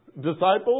Disciples